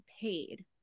paid